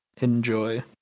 enjoy